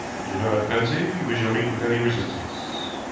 i do not fancy we shall meet with any resistance.